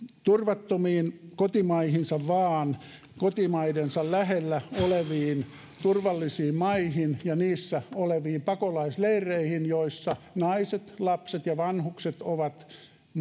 turvattomiin kotimaihinsa vaan kotimaidensa lähellä oleviin turvallisiin maihin ja niissä oleviin pakolaisleireihin joissa naiset lapset ja vanhukset ovat